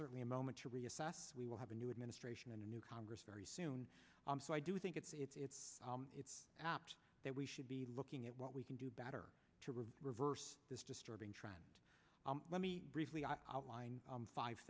certainly a moment to reassess we will have a new administration and a new congress very soon so i do think it's it's it's that we should be looking at what we can do better to reverse this disturbing trend let me briefly outline five